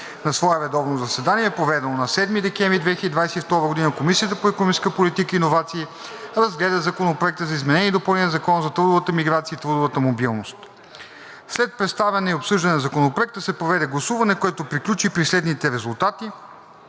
На свое редовно заседание, проведено на 7 декември 2022 г., Комисията по икономическа политика и иновации разгледа Законопроекта за изменение и допълнение на закона за трудовата миграция и трудовата мобилност. След представяне и обсъждане на Законопроекта се проведе гласуване, което приключи при следните резултати: